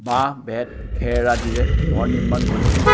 বাঁহ বেত খেৰ আদিৰে ঘৰ নিৰ্মাণ কৰিছিল